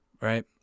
right